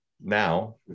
now